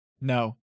No